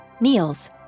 Niels